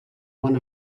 bon